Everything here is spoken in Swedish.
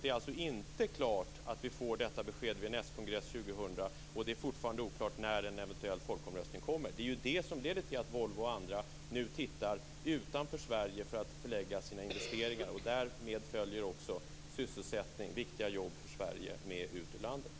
Det är alltså inte klart att vi får besked vid en s-kongress år 2000. Det är också fortfarande oklart när en eventuell folkomröstning kommer. Det är det som leder till att Volvo och andra nu tittar utanför Sverige för att förlägga sina investeringar där. Därmed följer sysselsättning och viktiga jobb för Sverige med ut ur landet.